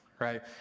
right